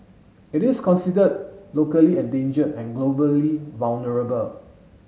it is considered locally endangered and globally vulnerable